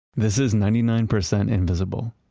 this is ninety nine percent invisible,